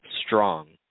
strong